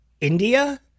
India